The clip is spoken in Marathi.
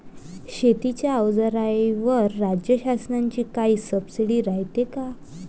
शेतीच्या अवजाराईवर राज्य शासनाची काई सबसीडी रायते का?